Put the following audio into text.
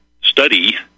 study